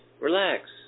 Relax